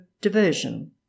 diversion